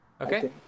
Okay